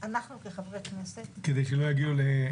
או שטייניץ או הנגבי או